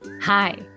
Hi